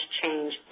change